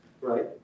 right